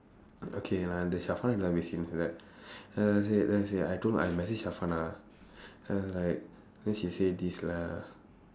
okay lah the like that then I say then I say I told I message then I was like then she say this lah